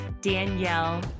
Danielle